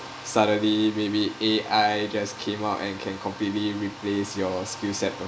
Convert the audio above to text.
suddenly maybe A_I just came out and can completely replace your skill set